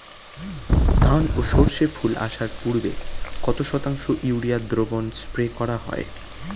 ধান ও সর্ষে ফুল আসার পূর্বে কত শতাংশ ইউরিয়া দ্রবণ স্প্রে করা হয়?